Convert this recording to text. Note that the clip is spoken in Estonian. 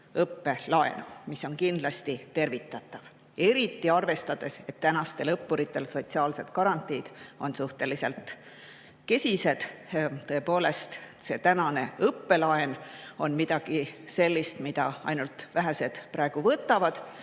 õppelaenu, mis on kindlasti tervitatav, eriti arvestades, et tänaste õppurite sotsiaalsed garantiid on suhteliselt kesised. Tõepoolest, õppelaen on praegu midagi sellist, mida ainult vähesed võtavad.